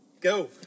Go